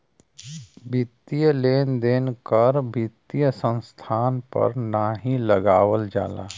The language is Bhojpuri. वित्तीय लेन देन कर वित्तीय संस्थान पर नाहीं लगावल जाला